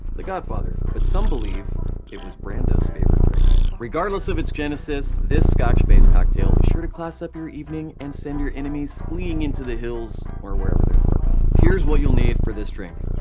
the godfather. but some believe it was brando's favorite drink. regardless of its genesis, this scotch based cocktail is sure to class up your evening and send your enemies fleeing into the hills or wherever they're from. here is what you'll need for this drink,